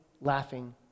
laughing